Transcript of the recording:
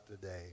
today